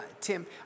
Tim